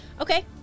Okay